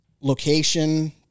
Location